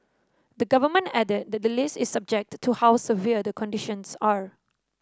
the Government added that the list is subject to how severe the conditions are